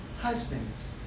husbands